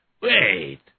Wait